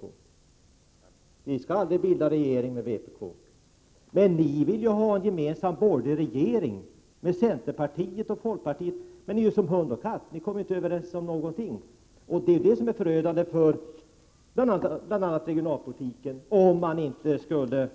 Vi har aldrig sagt att vi skall bilda regering tillsammans med vpk. Men ni vill ha en gemensam borgerlig regering tillsammans med centerpartiet och folkpartiet, trots att ni är som hund och katt. Ni kommer ju inte överens om någonting, och det skulle bli förödande bl.a. för regionalpolitiken, om ni inte lyckas